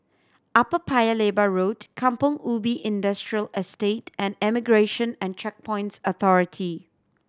Upper Paya Lebar Road Kampong Ubi Industrial Estate and Immigration and Checkpoints Authority